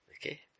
Okay